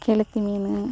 கெளுத்தி மீன்